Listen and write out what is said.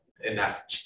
enough